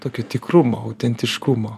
tokio tikrumo autentiškumo